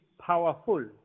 powerful